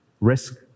risk